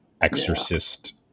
Exorcist